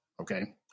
Okay